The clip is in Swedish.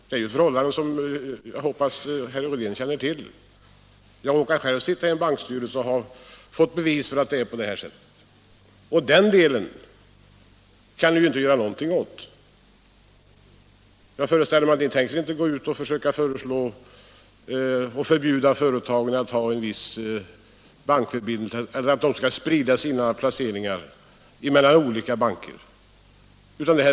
Jag hoppas att herr Rydén känner till dessa förhållanden. Själv råkar jag sitta i en bankstyrelse och har därför fått bevis på att det förhåller sig på det sättet. Den saken kan vi inte göra någonting åt, för här väljer man själv. Jag föreställer mig att ni inte tänker föreslå att vi förbjuder företagen att ha en viss bankförbindelse eller att de måste sprida sina placeringar på olika banker.